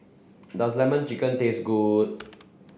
does lemon chicken taste good